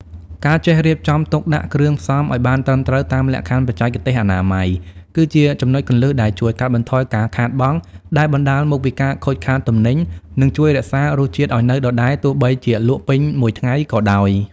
ការចេះរៀបចំទុកដាក់គ្រឿងផ្សំឱ្យបានត្រឹមត្រូវតាមលក្ខណៈបច្ចេកទេសអនាម័យ គឺជាចំណុចគន្លឹះដែលជួយកាត់បន្ថយការខាតបង់ដែលបណ្ដាលមកពីការខូចខាតទំនិញ និងជួយរក្សារសជាតិឱ្យនៅដដែលទោះបីជាលក់ពេញមួយថ្ងៃក៏ដោយ។